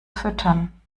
füttern